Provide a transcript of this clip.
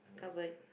covered